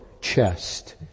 chest